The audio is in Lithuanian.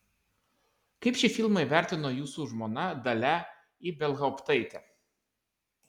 kaip šį filmą įvertino jūsų žmona dalia ibelhauptaitė